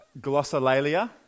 glossolalia